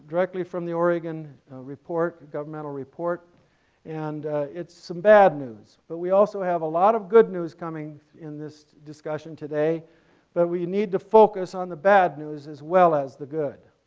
directly from the oregon governmental report and it's some bad news but we also have a lot of good news coming in this discussion today but we need to focus on the bad news as well as the good.